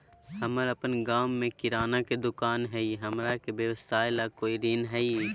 हमर अपन गांव में किराना के दुकान हई, हमरा के व्यवसाय ला कोई ऋण हई?